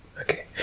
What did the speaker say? Okay